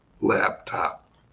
laptop